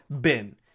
bin